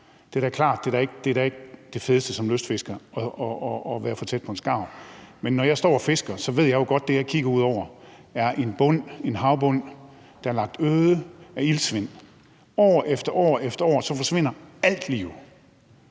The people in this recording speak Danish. Det er da klart, at det ikke er det fedeste som lystfisker at være for tæt på en skarv, men når jeg står og fisker, ved jeg jo godt, at det, jeg kigger ud over, er en havbund, der er lagt øde af iltsvind år efter år efter år, så alt liv